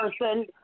person